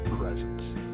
presence